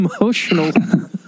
emotional